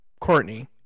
Courtney